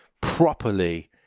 properly